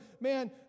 man